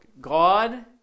God